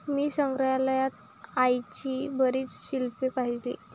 मी संग्रहालयात आईची बरीच शिल्पे पाहिली